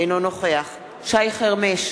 אינו נוכח שי חרמש,